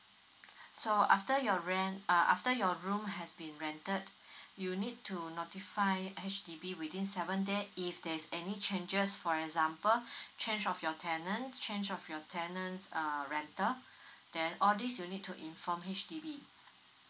so after your rent uh after your room has been rented you need to notify H_D_B within seven day if there's any changes for example change of your tenant change of your tenants uh rental then all this you need to inform H_D_B